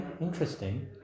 Interesting